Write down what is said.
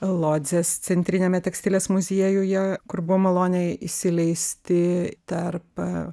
lodzės centriniame tekstilės muziejuje kur buvom maloniai įsileisti tarp